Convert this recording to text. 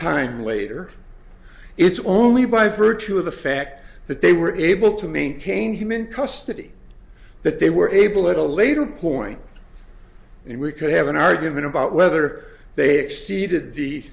time later it's only by virtue of the fact that they were able to maintain human custody but they were able at a later point and we could have an argument about whether they exceeded the